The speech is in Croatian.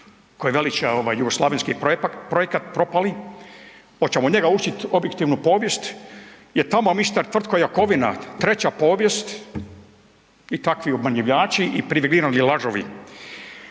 koji veliča ovaj jugoslavenski projekat propali oćemo njega učit objektivnu povijest jer tamo mister Tvrtko Jakovina, Treća povijest, i takvi obmanjivači i privilegirani lažovi.